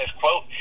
quote